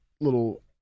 little